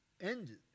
Ended